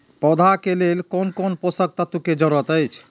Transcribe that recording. पौधा के लेल कोन कोन पोषक तत्व के जरूरत अइछ?